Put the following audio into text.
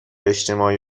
اجتماعی